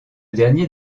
dernier